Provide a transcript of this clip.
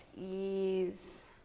ease